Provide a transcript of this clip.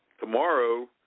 tomorrow